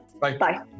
bye